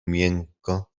miękko